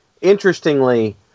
Interestingly